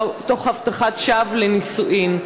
או תוך הבטחת שווא לנישואין.